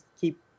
keep